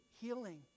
healing